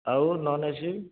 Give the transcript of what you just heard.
ଆଉ non A C